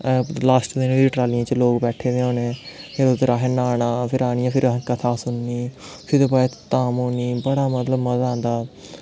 last दिन बी ट्रलियें च लोग बैठे दे होने फिर उद्धर असें न्हाना फिर आनियै असें कथा सुननी फिर ओह्दै बाद धाम होनी मतलब बड़ा मज़ा आंदा